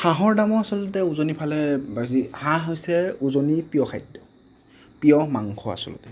হাঁহৰ দামো আচলতে উজনি ফাললৈ বেছি হাঁহ হৈছে উজনিত প্ৰিয় খাদ্য প্ৰিয় মাংস আচলতে